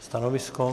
Stanovisko?